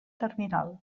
terminal